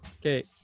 Okay